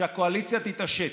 שהקואליציה תתעשת,